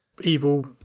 evil